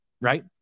right